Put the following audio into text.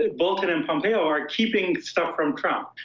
and bolton and pompeo are keeping stuff from trump,